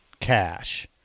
Cash